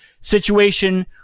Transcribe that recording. situation